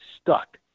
stuck